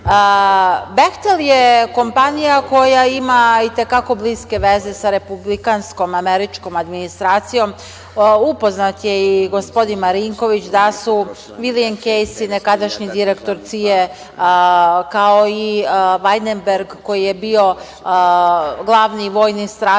„Behtel“ je kompanija koja ima i te kako bliske veze sa republikanskom američkom administracijom. Upoznat je i gospodin Marinković da su Vilijem Kejsi, nekadašnji direktor CIA, kao i Vajdenberg, koji je bio glavni vojni strateg